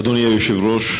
אדוני היושב-ראש,